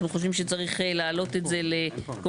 אנחנו חושבים שצריך להעלות את זה לשלוש שנים,